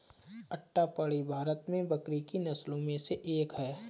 अट्टापडी भारत में बकरी की नस्लों में से एक है